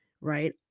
right